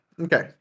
okay